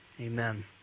Amen